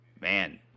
man